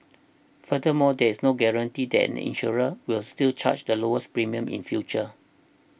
furthermore there is no guarantee that insurer will still charge the lowest premiums in future